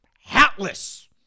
Hatless